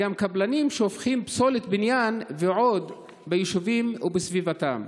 קבלנים שופכים פסולת בניין ועוד ביישובים ובסביבתם.